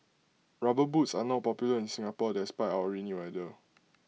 rubber boots are not popular in Singapore despite our rainy weather